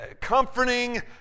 comforting